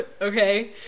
okay